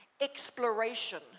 exploration